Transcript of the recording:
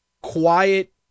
quiet